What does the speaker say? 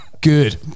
Good